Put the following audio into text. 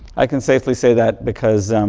i can safely say that because